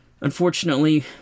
unfortunately